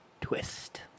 twist